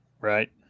Right